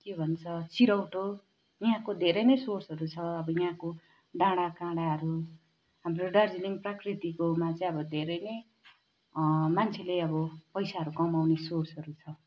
के भन्छ चिरैटो यहाँको धेरै नै सोर्सहरू छ अब यहाँको डाँडाकाँडाहरू हाम्रो दार्जिलिङ प्राकृतिकोमा चाहिँ अब धेरै नै मान्छेले अब पैसाहरू कमाउने सोर्सहरू छ